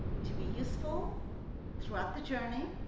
to be useful throughout the journey.